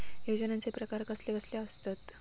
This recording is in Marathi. योजनांचे प्रकार कसले कसले असतत?